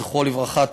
זכרו לברכה,